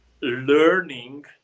learning